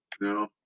No